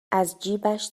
ازجیبش